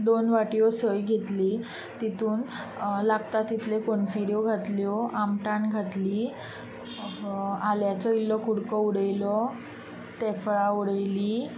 दोन वाटयो सोय घेतली तातूंत लागता तितले कॉनफिऱ्यो घातल्यो आमटान घातली आल्याचो इल्लो कुडको उडयलो तेफळां उडयलीं